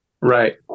Right